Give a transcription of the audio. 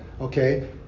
Okay